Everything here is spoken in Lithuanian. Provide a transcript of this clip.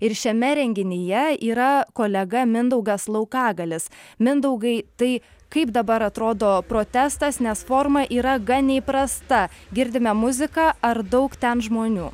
ir šiame renginyje yra kolega mindaugas laukagalis mindaugai tai kaip dabar atrodo protestas nes forma yra gan neįprasta girdime muziką ar daug ten žmonių